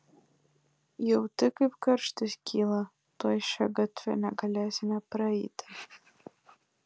jauti kaip karštis kyla tuoj šia gatve negalėsime praeiti